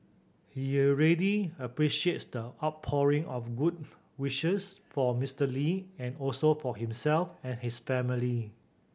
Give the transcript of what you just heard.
he really appreciates the outpouring of good wishes for Mister Lee and also for himself and his family